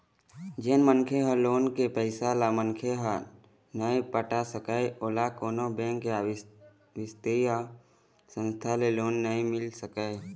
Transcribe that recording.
जेन मनखे ह लोन के पइसा ल मनखे ह नइ पटा सकय ओला कोनो बेंक या बित्तीय संस्था ले लोन नइ मिल सकय